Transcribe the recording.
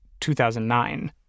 2009